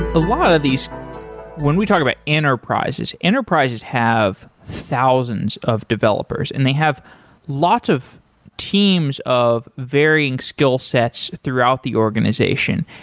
a lot of these when we talk enterprises. enterprises have thousands of developers and they have lots of teams of varying skillsets throughout the organization.